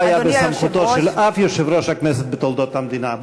לא היה בסמכותו של אף יושב-ראש כנסת בתולדות המדינה.